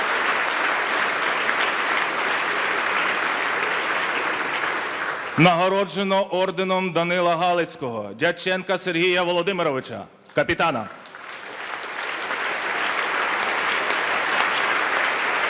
Нагороджено орденом Данила Галицького Дяченка Сергія Володимировича, капітана. (Оплески)